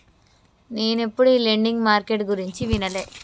నేనెప్పుడు ఈ lending market గురించి వినలే